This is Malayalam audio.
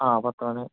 ആ പത്തുമണി